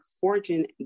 fortune